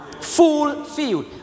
Fulfilled